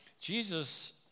Jesus